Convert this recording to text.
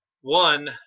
one